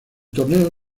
torneo